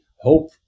hope